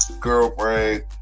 girlfriend